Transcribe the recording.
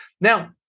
Now